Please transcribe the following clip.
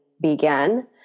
began